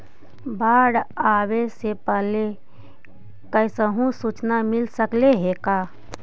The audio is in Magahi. बाढ़ आवे से पहले कैसहु सुचना मिल सकले हे का?